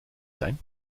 zijn